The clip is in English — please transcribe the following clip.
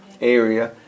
area